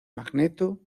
magneto